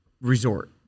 resort